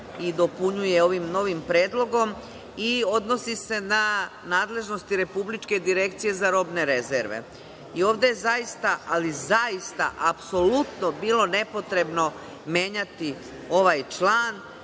i dopunjuje ovim novim predlogom i odnosi se na nadležnosti Republičke direkcije za robne rezerve. Ovde je zaista, ali zaista, apsolutno bilo nepotrebno menjati ovaj član,